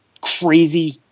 crazy